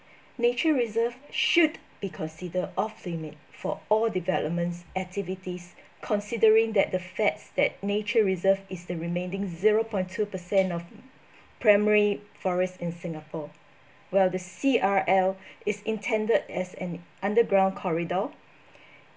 nature reserve should be considered off limit for all developments activities considering that the facts that nature reserve is the remaining zero point two percent of primary forest in singapore while the C_R_L is intended as an underground corridor